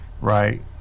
right